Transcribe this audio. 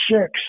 six